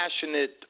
passionate